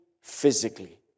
physically